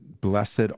blessed